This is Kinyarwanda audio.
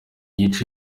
gice